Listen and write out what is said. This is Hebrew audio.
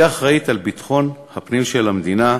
היא אחראית לביטחון הפנים של המדינה,